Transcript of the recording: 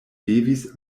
devis